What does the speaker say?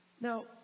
Now